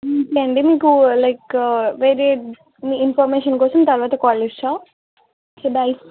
okay అండి మీకు like వేరే ఇన్ఫర్మేషన్ కోసం తర్వాత కాల్ చేస్తాను ఓకే బాయ్